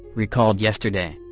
recalled yesterday.